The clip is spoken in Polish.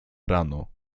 rano